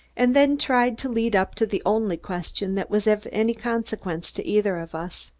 and then tried to lead up to the only question that was of any consequence to either of us.